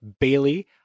Bailey